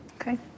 Okay